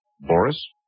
Boris